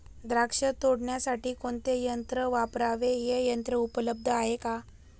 द्राक्ष तोडण्यासाठी कोणते यंत्र वापरावे? हे यंत्र उपलब्ध आहे का?